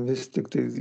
vis tiktai